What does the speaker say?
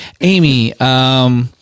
Amy